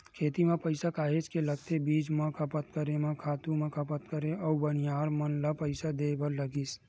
खेती म पइसा काहेच के लगथे बीज म खपत करेंव, खातू म खपत करेंव अउ बनिहार मन ल पइसा देय बर लगिस